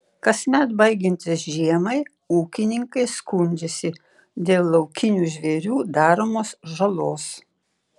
kasmet baigiantis žiemai ūkininkai skundžiasi dėl laukinių žvėrių daromos žalos